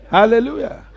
Hallelujah